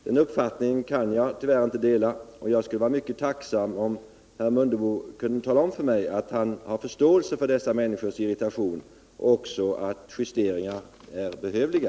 Den uppfattningen kan jag tyvärr inte dela, och jag skulle vara mycket tacksam om herr Mundebo kunde tala om för mig att han har förståelse för dessa människors irritation och att justeringar är behövliga.